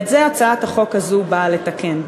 את זה הצעת החוק הזאת באה לתקן.